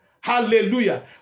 Hallelujah